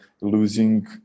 losing